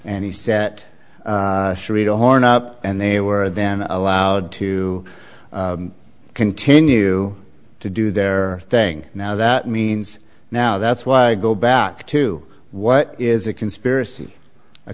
and he set the horn up and they were then allowed to continue to do their thing now that means now that's what i go back to what is a conspiracy a